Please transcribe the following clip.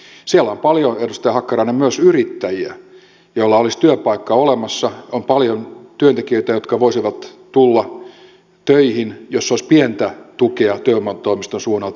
siellä on paljon edustaja hakkarainen myös yrittäjiä joilla olisi työpaikka olemassa on paljon työntekijöitä jotka voisivat tulla töihin jos olisi pientä tukea työvoimatoimiston suunnalta